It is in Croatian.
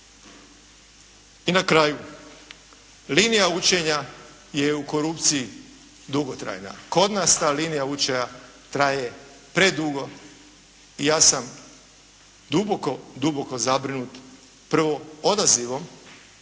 I na kraju, linija učenja je u korupciji dugotrajna. Kod nas ta linija …/Govornik se ne razumije./… traje predugo i ja sam duboko, duboko zabrinut, prvo odazivom